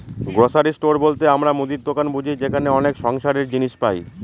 grocery store বলতে আমরা মুদির দোকান বুঝি যেখানে অনেক সংসারের জিনিস পাই